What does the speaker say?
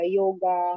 yoga